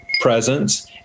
presence